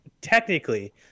technically